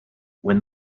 when